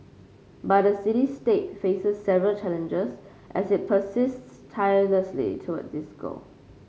but the city state faces several challenges as it persists tirelessly towards this goal